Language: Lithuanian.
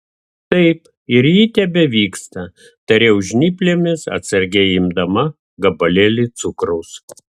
taip ir ji tebevyksta tariau žnyplėmis atsargiai imdama gabalėlį cukraus